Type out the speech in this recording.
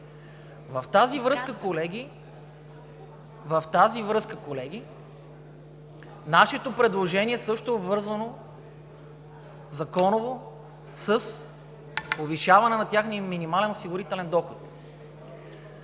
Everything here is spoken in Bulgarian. с това, колеги, нашето предложение също е обвързано законово с повишаване на техния минимален осигурителен доход.